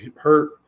hurt